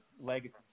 legacy